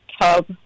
tub